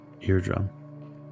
eardrum